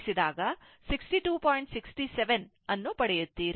67 ಅನ್ನು ಪಡೆಯುತ್ತೀರಿ